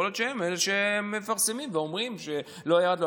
יכול להיות שהם אלה שמפרסמים ואומרים שלא ירד.